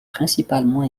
principalement